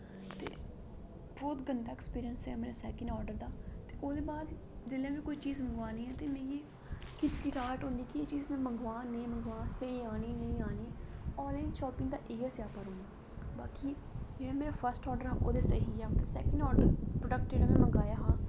ते बहोत ई गंदा एक्सपीरियंस ऐ मेरे सैकेंड ऑर्डर दा ते ओह्दे बाद में जेल्लै कोई बी चीज़ मंगानी ऐ ते मिगी हिचकिचाहट होंदी ऐ की में एह् चीज़ मगांऽ जां नेईं मंगांऽ ते एह् आनी जां नेईं आनी ऑनलाइन शॉपिंग दा इयै सेआपा रौहंदा ते बाकी में फर्स्ट ऑर्डर हा ते प्रोडेक्ट जेह्ड़ा में मंगाया हा ते